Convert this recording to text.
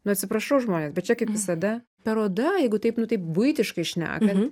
nu atsiprašau žmonės bet čia kaip visada paroda jeigu taip nu taip buitiškai šnekant